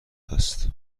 است